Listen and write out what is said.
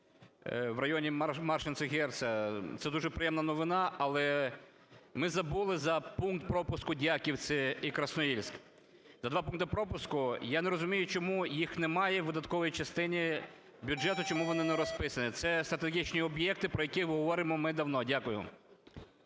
в районі Маршинці-Герца. Це дуже приємна новина. Але ми забули за пункт пропуску "Дяківці" і "Красноїльськ". Це два пункти пропуску, я не розумію, чому їх немає у видатковій частині, чому вони не розписані. Це стратегічні об'єкти, про які говоримо ми давно. Дякую.